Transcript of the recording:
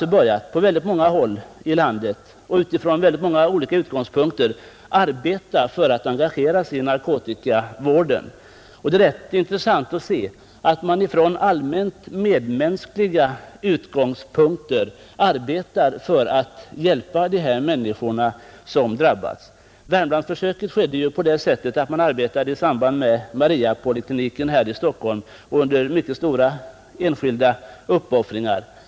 Nu har man på många håll i landet och från många olika utgångspunkter börjat engagera sig i narkomanvården. Det är då intressant att se att man utifrån allmänt medmänskliga utgångspunkter arbetar för att hjälpa dessa hårt drabbade människor. Försöket i Värmland gick så till att man samarbetade med Mariapolikliniken här i Stockholm. Det arbetet skedde under mycket stora enskilda uppoffringar.